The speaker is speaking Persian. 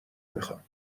میخام